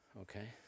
Okay